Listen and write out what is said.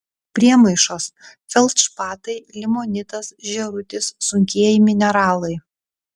priemaišos feldšpatai limonitas žėrutis sunkieji mineralai